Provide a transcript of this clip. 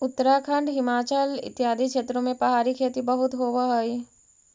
उत्तराखंड, हिमाचल इत्यादि क्षेत्रों में पहाड़ी खेती बहुत होवअ हई